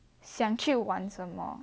想去玩什么